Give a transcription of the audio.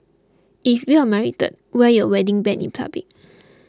if you're married wear your wedding band in public